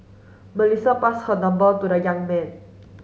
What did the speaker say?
Melissa passed her number to the young man